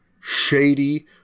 shady